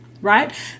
right